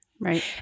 Right